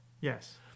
Yes